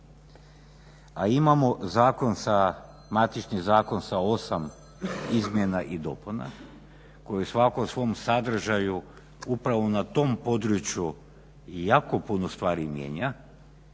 a imamo matični zakon sa 8 izmjena i dopuna koje svaka u svom sadržaju upravo na tom području jako puno stvari mijenja,